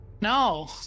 No